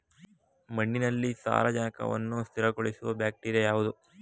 ಮಣ್ಣಿನಲ್ಲಿ ಸಾರಜನಕವನ್ನು ಸ್ಥಿರಗೊಳಿಸುವ ಬ್ಯಾಕ್ಟೀರಿಯಾ ಯಾವುದು?